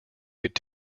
could